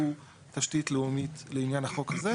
הוא תשתית לאומית לעניין החוק הזה.